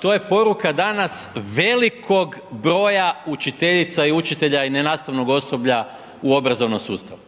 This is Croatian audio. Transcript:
to je poruka danas velikog broja učiteljica i učitelja i nenastavnog osoblja u obrazovnom sustavu.